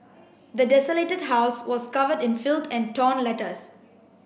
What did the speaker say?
the desolated house was covered in filth and torn letters